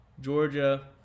Georgia